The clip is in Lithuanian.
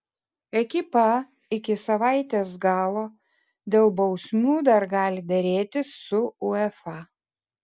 ekipa iki savaitės galo dėl bausmių dar gali derėtis su uefa